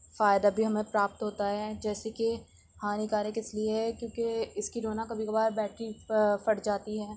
فائدہ بھی ہمیں پراپت ہوتا ہے جیسے کہ ہانی کارک اس لئے ہے کیونکہ اس کی جو ہے نہ کبھی کبھار بیٹری پھٹ جاتی ہے